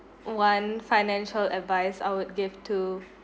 one financial advice I would give to